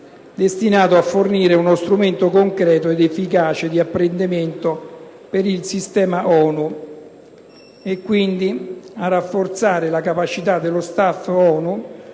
destinata a fornire uno strumento completo ed efficace di apprendimento per il sistema ONU, e quindi a rafforzare la capacità dello *staff* ONU